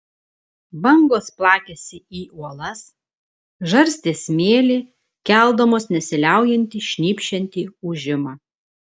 bangos plakėsi į uolas žarstė smėlį keldamos nesiliaujantį šnypščiantį ūžimą